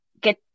get